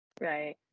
right